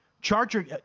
Charger